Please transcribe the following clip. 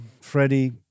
Freddie